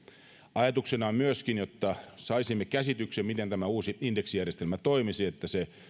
ajatuksena on myöskin jotta saisimme käsityksen miten tämä uusi indeksijärjestelmä toimisi että se